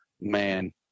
man